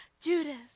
Judas